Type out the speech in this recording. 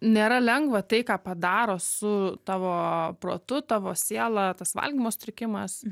nėra lengva tai ką padaro su tavo protu tavo siela tas valgymo sutrikimas